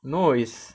no it's